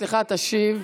סליחה, סליחה,